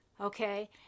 okay